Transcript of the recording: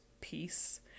Peace